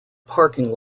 parking